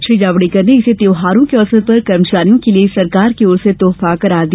श्री जावड़ेकर ने इसे त्यौहारों के अवसर पर कर्मचारियों के लिए सरकार की ओर से तोहफा करार दिया